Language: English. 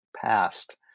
past